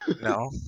No